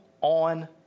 on